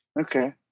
Okay